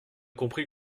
compris